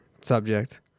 subject